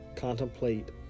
Contemplate